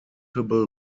notable